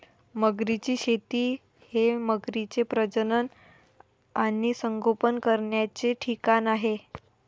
मगरींची शेती हे मगरींचे प्रजनन आणि संगोपन करण्याचे ठिकाण आहे